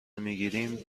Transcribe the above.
میگیریم